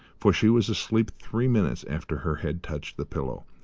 for she was asleep three minutes after her head touched the pillow,